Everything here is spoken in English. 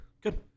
Good